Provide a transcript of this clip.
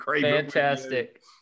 fantastic